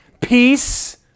peace